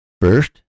First